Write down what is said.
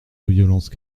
violences